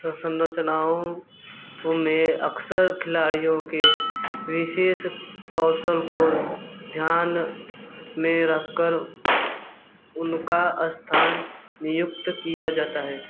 संरचनाओं में अक्सर खिलाड़ियों के विशेष कौशल को ध्यान में रख कर उनका स्थान नियुक्त किया जाता है